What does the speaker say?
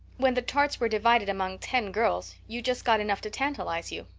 when the tarts were divided among ten girls you just got enough to tantalize you.